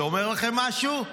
זה אומר לכם משהו?